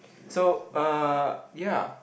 so uh ya